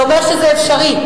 זה אומר שזה אפשרי.